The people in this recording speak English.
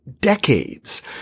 decades